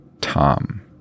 Tom